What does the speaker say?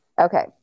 okay